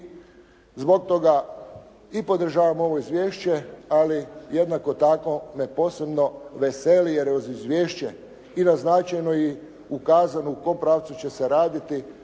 zbog toga i podržavam ovo izvješće, ali jednako tako me posebno veseli jer je uz izvješće i naznačeno i ukazano u kom pravcu će se raditi